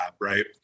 Right